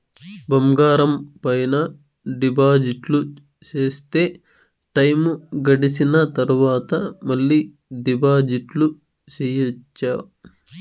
బంగారం పైన డిపాజిట్లు సేస్తే, టైము గడిసిన తరవాత, మళ్ళీ డిపాజిట్లు సెయొచ్చా?